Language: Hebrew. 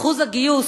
אחוזי הגיוס